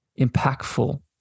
impactful